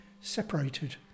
separated